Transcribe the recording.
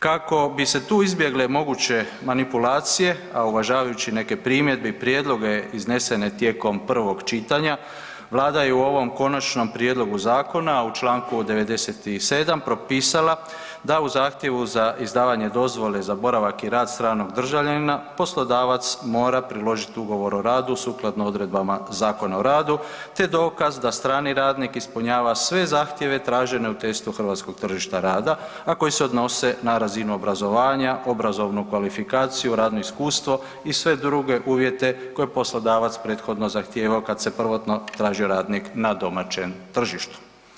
Kako bi se tu izbjegle moguće manipulacije, a uvažavajući neke primjedbe i prijedloge iznesene tijekom prvog čitanja Vlada je u ovom konačnom prijedlogu zakona u Članku 97. propisala da u zahtjevu za izdavanje dozvole za boravak i rad stranog državljanina poslodavac mora priložiti ugovor o radu sukladno odredbama Zakona o radu te dokaz da strani radnik ispunjava sve zahtjeve tražene u testu hrvatskog tržišta rada, a koji se odnose na razinu obrazovanja, obrazovnu kvalifikaciju, radno iskustvo i sve druge uvjete koje poslodavac prethodno zahtijevao kad se prvotno tražio radnik na domaćem tržištu.